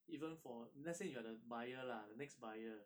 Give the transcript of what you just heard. even for let's say you are the buyer lah the next buyer